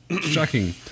Shocking